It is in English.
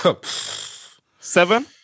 Seven